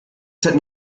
hätten